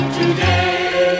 today